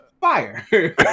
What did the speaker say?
Fire